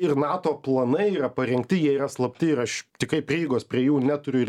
ir nato planai yra parengti jie yra slapti ir aš tikrai prieigos prie jų neturiu ir